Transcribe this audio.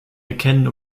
erkennen